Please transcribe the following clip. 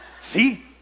see